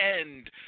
end